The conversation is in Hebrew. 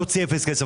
נוציא אפס כסף.